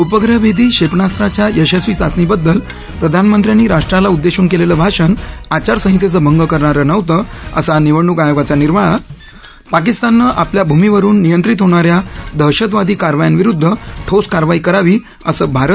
उपग्रहभेदी क्षेपणास्त्राच्या यशस्वी चाचणीबद्दल प्रधानमंत्र्यांनी राष्ट्राला उद्देशून केलेलं भाषण आचारसंहितेचा भंग करणारं नव्हतं असा निवडणूक आयोगाचा निर्वाळा पाकिस्ताननं आपल्या भूमीवरुन नियंत्रित होणाऱ्या दहशतवादी कारवायांविरुद्ध ठोस कारवाई करावी असं भारत